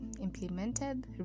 Implemented